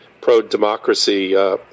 pro-democracy